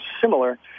similar